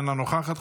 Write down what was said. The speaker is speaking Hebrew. אינה נוכחת,